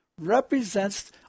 represents